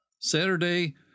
Saturday